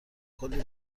کلی